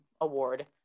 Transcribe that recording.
award